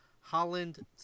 Holland